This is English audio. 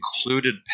included